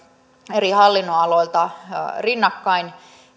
eri hallinnonaloilta rinnakkain